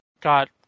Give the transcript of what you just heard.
got